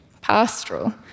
pastoral